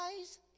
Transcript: eyes